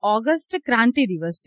આજે ઓગસ્ટ ક્રાંતિ દિવસ છે